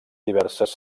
diverses